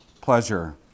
pleasure